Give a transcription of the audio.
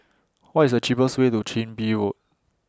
What IS The cheapest Way to Chin Bee Road